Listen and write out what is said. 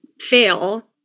fail